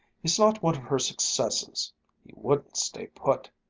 he's not one of her successes. he wouldn't stay put.